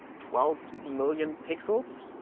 twelve million pixels.